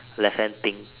left hand pink